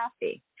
happy